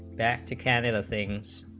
back to canada things